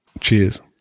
Cheers